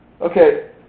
Okay